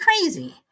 crazy